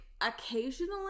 occasionally